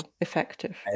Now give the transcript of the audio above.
effective